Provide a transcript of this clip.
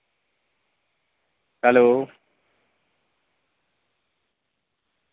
hello